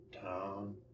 town